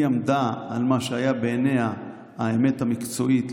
היא עמדה על מה שהיה בעיניה האמת המקצועית,